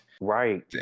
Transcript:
right